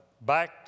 back